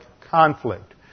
conflict